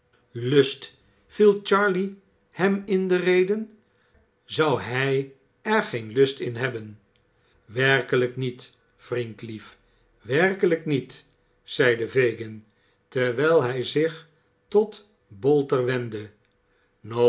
lust viel charley hem in de rede zou hij er geen lust in hebben werkelijk niet vriend ief werkelijk niet zeide fagin terwijl hij zich tot bolter wendde